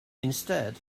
instead